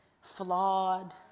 flawed